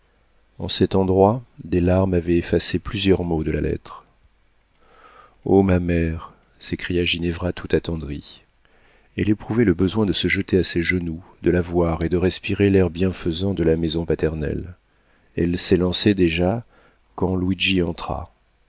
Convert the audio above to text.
en cet endroit des larmes avaient effacé plusieurs mots de la lettre o ma mère s'écria ginevra tout attendrie elle éprouvait le besoin de se jeter à ses genoux de la voir et de respirer l'air bienfaisant de la maison paternelle elle s'élançait déjà quand luigi entra